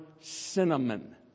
cinnamon